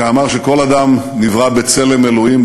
שאמר שכל אדם נברא בצלם אלוהים,